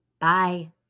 Bye